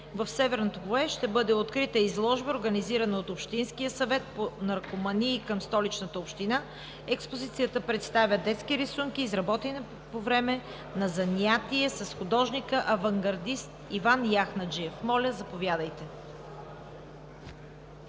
В Северното фоайе ще бъде открита изложба, организирана от Общинския съвет по наркомании към Столичната община. Експозицията представя детски рисунки, изработени по време на занятия с художника авангардист Иван Яхнаджиев. Моля, заповядайте.